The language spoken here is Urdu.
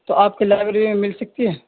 تو آپ کی لائیبریری میں مل سکتی ہے